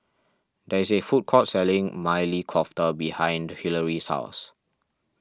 there is a food court selling Maili Kofta behind Hillery's house